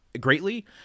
greatly